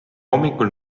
hommikul